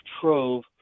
trove